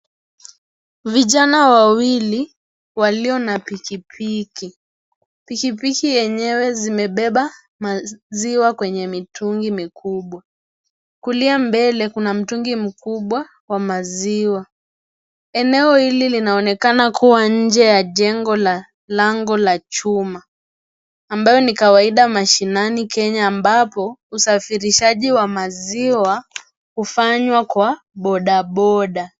Vijana wawili walio na pikipiki ,pikipiki yenyewe zimebeba maziwa kwenye mitugi mikubwa ,kulia mbele kuna mtugi mkubwa wa maziwa eneo hili linaonekana kuwa nje ya jengo la lango la chuma ambayo ni kawaida mashinani Kenya ambapo usafirishaji wa maziwa ufanywa kwa bodaboda.